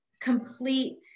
complete